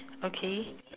okay